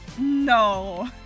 No